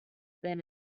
than